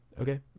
okay